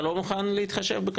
אתה לא מוכן להתחשב?